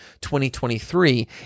2023